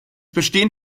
bestehen